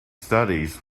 studies